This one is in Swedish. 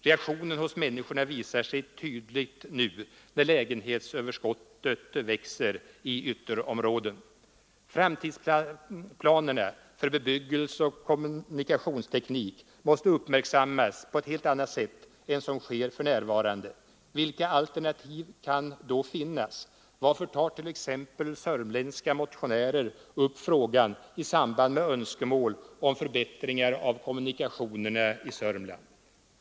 Reaktionen hos människorna visar sig tydligt nu, när lägenhetsöverskotten växer i ytterområdena. Framtidsplanerna för bebyggelse och kommunikationsteknik måste uppmärksammas på ett helt annat sätt än som sker för närvarande. Vilka alternativ kan då finnas? Varför tar t.ex. sörmländska motionärer upp frågan i samband med önskemål om förbättringar av kommunikationerna i Södermanland?